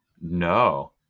No